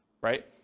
right